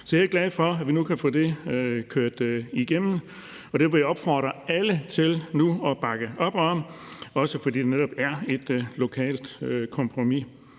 Så jeg er glad for, at vi nu kan få det kørt igennem, og jeg vil opfordre alle til nu at bakke op om det, også fordi det netop er et lokalt kompromis.